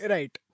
Right